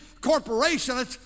corporation